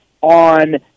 on